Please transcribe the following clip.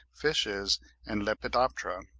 fishes and lepidoptera.